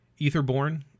Etherborn